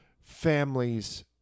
families